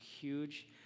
huge